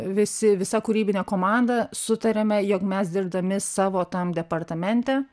visi visa kūrybinė komanda sutarėme jog mes dirbdami savo tam departamente